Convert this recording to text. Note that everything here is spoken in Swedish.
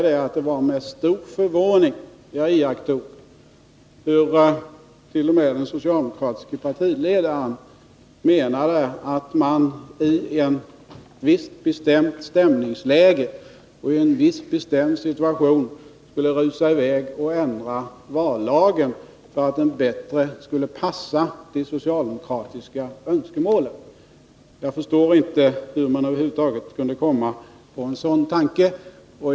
Det var med stor förvåning jag iakttog hur t.o.m. den socialdemokratiske partiledaren menade att man i ett visst bestämt stämningsläge och i en viss bestämd situation skulle rusa i väg och ändra vallagen för att den bättre skulle passa de socialdemokratiska önskemålen. Jag förstår inte hur man över huvud taget kunde komma på en sådan tanke.